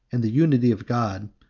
and the unity of god,